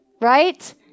Right